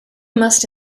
must